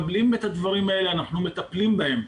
אנחנו מקבלים את הדברים ומטפלים בהם.